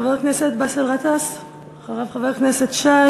חבר הכנסת באסל